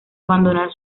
abandonar